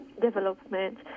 development